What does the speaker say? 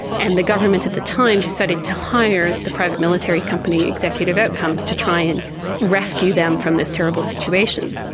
and the government at the time decided to hire the private military company executive outcomes to try and rescue them from this terrible situation.